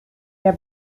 der